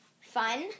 fun